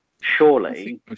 surely